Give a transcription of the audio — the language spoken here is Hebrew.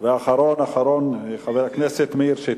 ואחרון אחרון, חבר הכנסת מאיר שטרית,